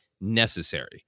necessary